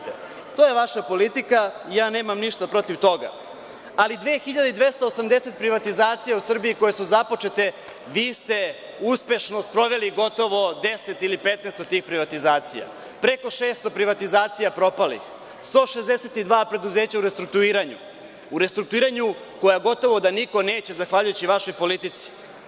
To je vaša politika i ja nemam ništa protiv toga, ali od 2280 privatizacija u Srbiji koje su započete, vi ste uspešno sproveli gotovo 10 ili 15 od tih privatizacija i preko 600 privatizacija propalih, 162 preduzeća u restrukturiranju, koja gotovo da niko i neće zahvaljujući vašoj politici.